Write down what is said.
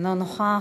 אינו נוכח.